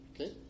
Okay